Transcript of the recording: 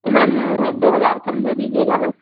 تو میم دو ہزار کم دے دیجیے گا بس